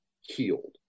healed